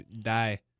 die